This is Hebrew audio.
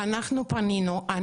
אנחנו פנינו,